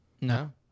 no